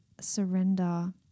surrender